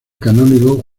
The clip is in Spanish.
canónigo